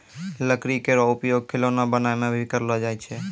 लकड़ी केरो उपयोग खिलौना बनाय म भी करलो जाय छै